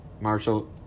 Marshall